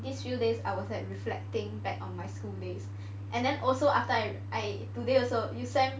these few days I was like reflecting back on my school days and then also after I I today also you send